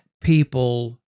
people